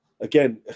again